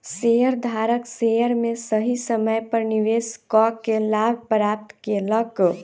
शेयरधारक शेयर में सही समय पर निवेश कअ के लाभ प्राप्त केलक